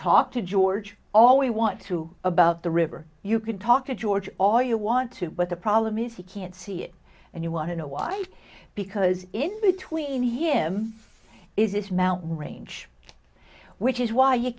talk to george all we want to about the river you can talk to george all you want to but the problem is he can't see it and you want to know why because in between him is this mountain range which is why you